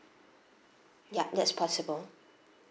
yup that's possible